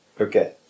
Okay